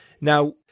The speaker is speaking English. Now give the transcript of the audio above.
Now